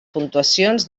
puntuacions